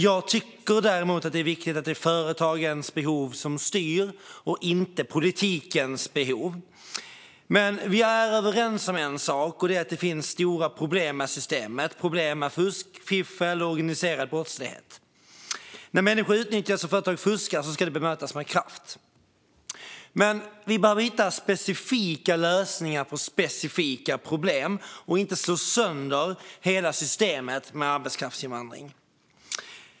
Jag tycker däremot att det är viktigt att det är företagens behov som styr och inte politikens behov. Men vi är överens om en sak, och det är att det finns stora problem med systemet - problem med fusk, fiffel och organiserad brottslighet. När människor utnyttjas och företag fuskar ska det bemötas med kraft. Men vi behöver hitta specifika lösningar på specifika problem och inte slå sönder hela systemet för arbetskraftsinvandring.